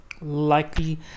likely